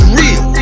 real